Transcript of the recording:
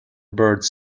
birds